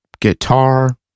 guitar